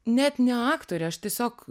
net ne aktore aš tiesiog